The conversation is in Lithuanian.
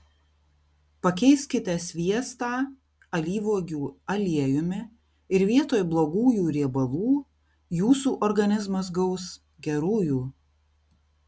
pakeiskite sviestą alyvuogių aliejumi ir vietoj blogųjų riebalų jūsų organizmas gaus gerųjų